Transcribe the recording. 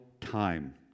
time